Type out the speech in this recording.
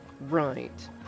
Right